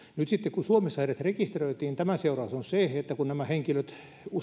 sitten kun suomessa heidät rekisteröitiin tämän seuraus on se että kun nämä henkilöt